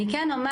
אני כן אומר